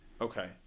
Okay